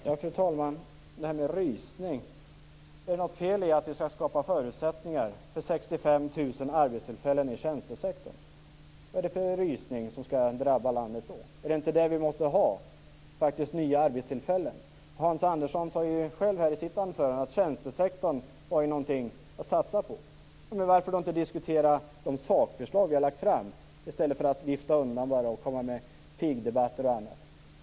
Fru talman! Hans Andersson talade om en rysning. Är det något fel i att skapa för att skapa förutsättningar för 65 000 arbetstillfällen i tjänstesektorn? Vad är det i så fall för rysning som skall drabba landet? Är det inte nya arbetstillfällen som vi vill ha? Hans Andersson säger ju själv att man skall satsa på tjänstesektorn, och varför då inte diskutera de sakförslag som vi har lagt fram i stället för att vifta undan dem med uttryck som pigdebatter och annat?